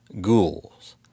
ghouls